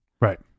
right